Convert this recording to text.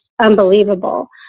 unbelievable